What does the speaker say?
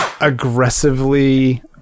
aggressively